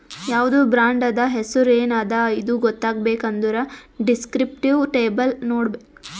ಯಾವ್ದು ಬ್ರಾಂಡ್ ಅದಾ, ಹೆಸುರ್ ಎನ್ ಅದಾ ಇದು ಗೊತ್ತಾಗಬೇಕ್ ಅಂದುರ್ ದಿಸ್ಕ್ರಿಪ್ಟಿವ್ ಲೇಬಲ್ ನೋಡ್ಬೇಕ್